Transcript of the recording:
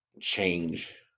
change